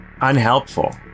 unhelpful